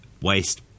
waste